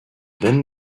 then